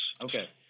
Okay